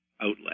outlet